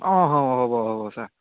অঁ অঁ হ'ব হ'ব হ'ব চাৰ